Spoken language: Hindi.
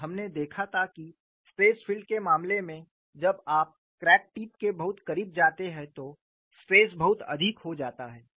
और हमने देखा था कि स्ट्रेस फील्ड के मामले में जब आप क्रैक टिप के बहुत करीब जाते हैं तो स्ट्रेस बहुत अधिक हो जाता है